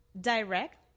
direct